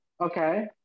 Okay